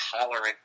tolerant